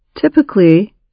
Typically